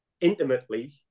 intimately